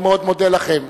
אני מאוד מודה לכם,